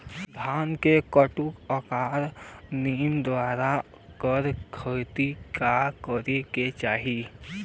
धान कांटेके ओकर नमी दूर करे खाती का करे के चाही?